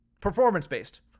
Performance-based